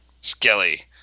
Skelly